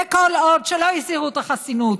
וכל עוד לא הסירו את החסינות,